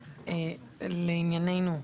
לענייננו,